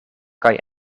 kaj